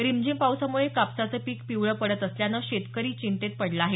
रिमझिम पावसामुळे कापसाचं पिक पिवळं पडत असल्यानं शेतकरी चिंतेत पडला आहे